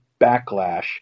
backlash